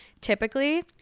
Typically